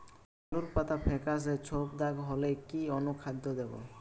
আলুর পাতা ফেকাসে ছোপদাগ হলে কি অনুখাদ্য দেবো?